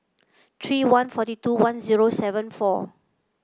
three one forty two one zero seven four